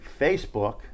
Facebook